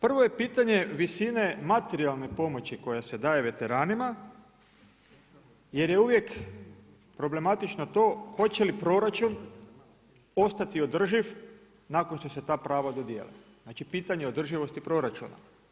Prvo je pitanje visine materijalne pomoći koja se daje veteranima jer je uvijek problematično to hoće li proračun ostati održiv nakon šta se ta prava dodijele, znači pitanje održivosti proračuna.